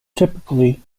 typically